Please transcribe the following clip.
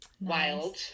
wild